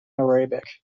arabic